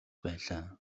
байлаа